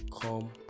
Come